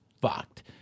fucked